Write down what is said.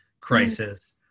crisis